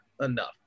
enough